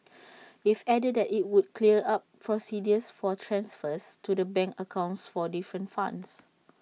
IT added that IT would clear up procedures for transfers to the bank accounts for different funds